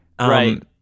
Right